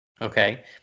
okay